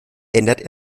änderte